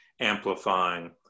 Amplifying